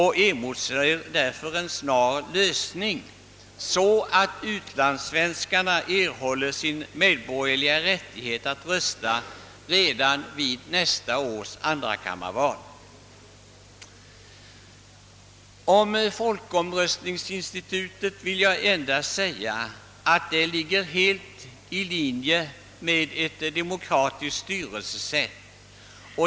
Vi emotser därför en snar lösning så att utlandssvenskärna erhåller sin medborgerliga rättighet att rösta redan vid nästa års andrakammarval. Om folkomröstningsinstitutet vill jag endast säga att det ligger helt i linje med ett demokratiskt styrelsesätt.